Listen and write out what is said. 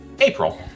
April